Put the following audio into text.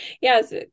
Yes